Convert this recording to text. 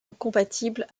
incompatible